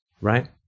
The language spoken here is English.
right